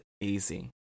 easy